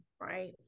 right